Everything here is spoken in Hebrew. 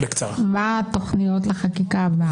מה התוכניות לחקיקה הבאה?